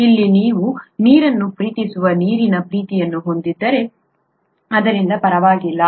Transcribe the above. ಇಲ್ಲಿ ನೀವು ನೀರನ್ನು ಪ್ರೀತಿಸುವ ನೀರಿನ ಪ್ರೀತಿಯನ್ನು ಹೊಂದಿದ್ದೀರಿ ಆದ್ದರಿಂದ ಪರವಾಗಿಲ್ಲ